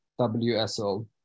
WSO